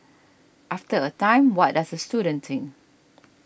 after a time what does the student think